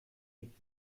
gibt